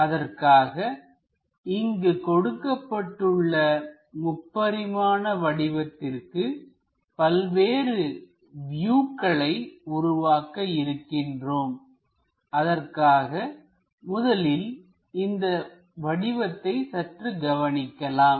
அதற்காக இங்கு கொடுக்கப்பட்டுள்ள முப்பரிமான வடிவத்திற்கு பல்வேறு வியூக்களை உருவாக்க இருக்கின்றோம் அதற்காக முதலில் இந்த வடிவத்தை சற்று கவனிக்கலாம்